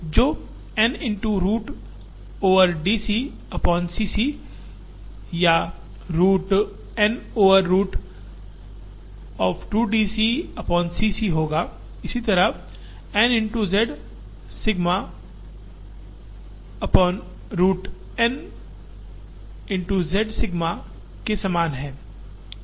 जो N into root over D C naught C c and root N over root of 2 D C naught C c होगा इसी तरह N into z sigma versus root N into z sigma के समान हैं